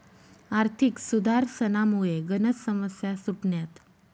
आर्थिक सुधारसनामुये गनच समस्या सुटण्यात